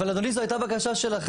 אבל, אדוני, זו הייתה בקשה שלכם.